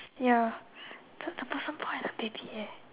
ya the the person point at the baby eh